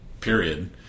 period